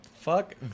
Fuck